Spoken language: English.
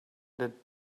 that